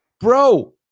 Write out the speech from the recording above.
bro